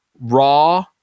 raw